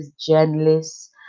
journalists